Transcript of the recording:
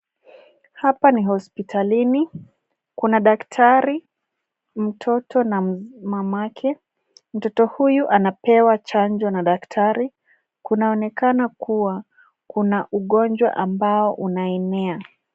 Hapa ni hospitalini. Kuna daktari, mtoto na mamake. Mtoto huyu anapewa chanjo na daktari. Kunaonekana kuwa kuna ugonjwa ambao unaenea.